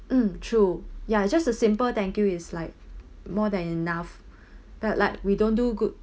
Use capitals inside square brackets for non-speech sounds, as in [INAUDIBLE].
mm true ya just a simple thank you is like more than enough [BREATH] but like we don't do good